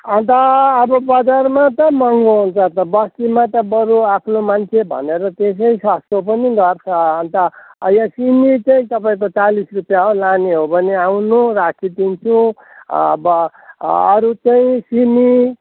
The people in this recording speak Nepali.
अन्त अब बजारमा त महँगो हुन्छ त बस्तीमा त बरू आफ्नो मान्छे भनेर त्यसै सस्तो पनि गर्छ अन्त यो सिमी चाहिँ तपाईँको चालिस रुपियाँ हो लाने हो भने आउनु राखिदिन्छु अब अरू चाहिँ सिमी